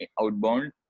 Outbound